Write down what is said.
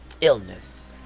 illness